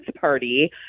party